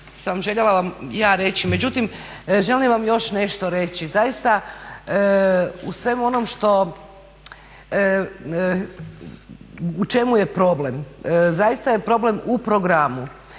sam željela vam ja reći, međutim želim vam još nešto reći. Zaista u svemu onom što, u čemu je problem? Zaista je problem u programu